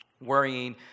worrying